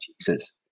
Jesus